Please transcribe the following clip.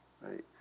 Right